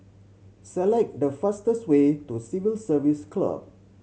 select the fastest way to Civil Service Club